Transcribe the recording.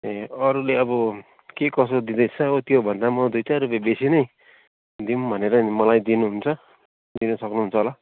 ए अरूले अब के कसो दिँदैछ हो त्योभन्दा म दुईचार रुपियाँ बेसी नै दिउँ भनेर नि मलाई दिनुहुन्छ दिनुसक्नुहुन्छ होला